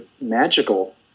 magical